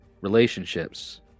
relationships